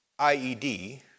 IED